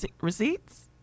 receipts